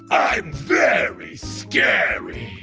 i'm very scary.